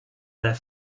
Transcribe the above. their